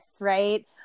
right